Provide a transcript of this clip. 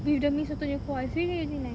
with the mi soto punya kuah it's really really nice